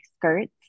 skirts